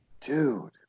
dude